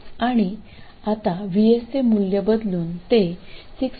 आणि आता VS चे मूल्य बदलून ते 6